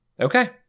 Okay